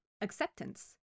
acceptance